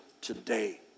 today